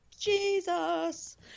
Jesus